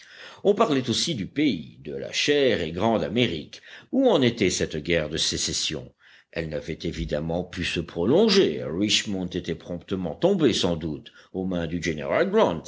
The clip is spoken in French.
on parlait aussi du pays de la chère et grande amérique où en était cette guerre de sécession elle n'avait évidemment pu se prolonger richmond était promptement tombée sans doute aux mains du général